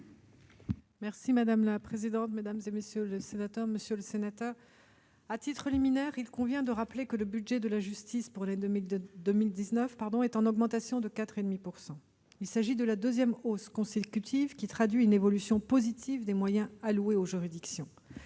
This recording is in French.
? La parole est à Mme la secrétaire d'État. Monsieur le sénateur, à titre liminaire, il convient de rappeler que le budget de la justice pour l'année 2019 est en augmentation de 4,5 %. Il s'agit de la deuxième hausse consécutive. Elle traduit une évolution positive des moyens alloués aux juridictions.